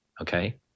Okay